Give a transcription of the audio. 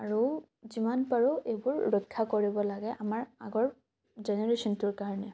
আৰু যিমান পাৰোঁ এইবোৰ ৰক্ষা কৰিব লাগে আমাৰ আগৰ জেনেৰেশ্যনটোৰ কাৰণে